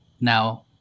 Now